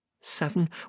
seven